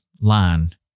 line